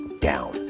down